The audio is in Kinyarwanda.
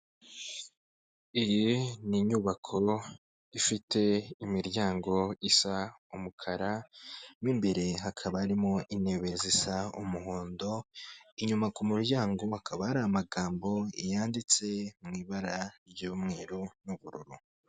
Iyi ni inyubako nto, ifite imiryango isa umukara, mo imbere hakaba harimo intebe zisa umuhondo, inyuma ku muryango hakaba hari amagambo yanditse mu ibara ry'umweru n'ubururu.